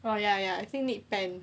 well ya ya I think need pan